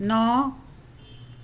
ਨੌਂ